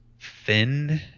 thin